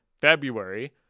February